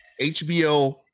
HBO